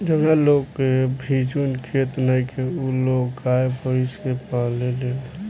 जावना लोग के भिजुन खेत नइखे उ लोग गाय, भइस के पालेलन